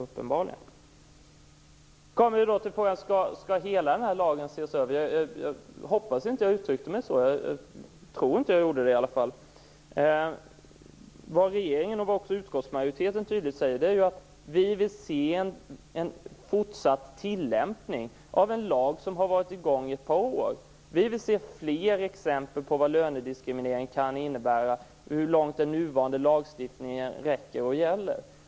Då kommer jag in på frågan om hela lagen skall ses över. Jag hoppas att jag inte uttryckte mig så, jag tror inte att jag gjorde det. Vad regeringen och utskottsmajoriteten tydligt säger är att vi vill se en fortsatt tillämpning av en lag som varit i kraft i ett par år. Vi vill se fler exempel på vad lönediskrimineringen kan innebära, hur långt den nuvarande lagstiftningen räcker och gäller.